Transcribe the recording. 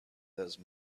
those